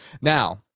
Now